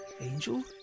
Angel